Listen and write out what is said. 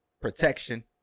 protection